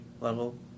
level